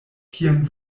kien